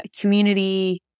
community